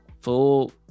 full